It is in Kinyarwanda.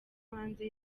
hanze